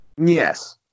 Yes